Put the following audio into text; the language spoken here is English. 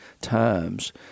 times